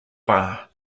bar